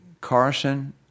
Carson